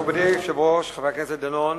מכובדי היושב-ראש, חבר הכנסת דנון,